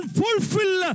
fulfill